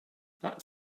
that